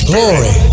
Glory